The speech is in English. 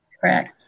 Correct